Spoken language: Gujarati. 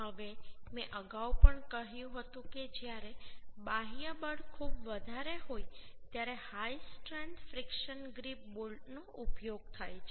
હવે મેં અગાઉ પણ કહ્યું હતું કે જ્યારે બાહ્ય બળ ખૂબ વધારે હોય ત્યારે હાઈ સ્ટ્રેન્થ ફ્રિકશન ગ્રિપ બોલ્ટનો ઉપયોગ થાય છે